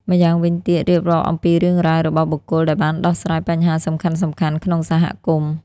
ម្យ៉ាងវិញទៀតរៀបរាប់អំពីរឿងរ៉ាវរបស់បុគ្គលដែលបានដោះស្រាយបញ្ហាសំខាន់ៗក្នុងសហគមន៍។